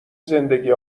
زندگی